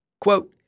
Quote